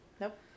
Nope